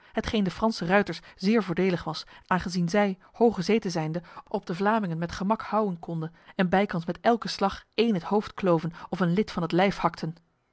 hetgeen de franse ruiters zeer voordelig was aangezien zij hooggezeten zijnde op de vlamingen met gemak houwen konden en bijkans met elke slag één het hoofd kloven of een lid van het lijf hakten